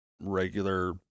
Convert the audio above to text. regular